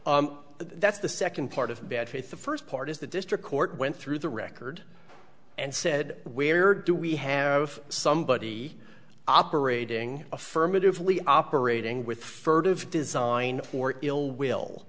of that's the second part of bad faith the first part is the district court went through the record and said where do we have somebody operating affirmatively operating with furtive design for ill will